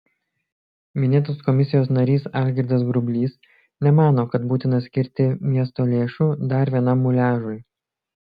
minėtos komisijos narys algirdas grublys nemano kad būtina skirti miesto lėšų dar vienam muliažui